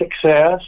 success